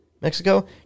Mexico